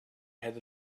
had